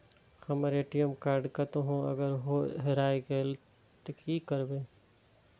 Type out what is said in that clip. हमर ATM card कतहो अगर हेराय गले ते की करबे?